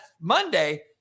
monday